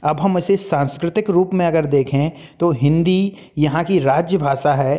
अब हम इसे सांस्कृतिक रूप में अगर देखें तो हिन्दी यहाँ की राज्य भाषा है